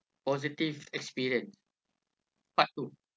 positive experience part two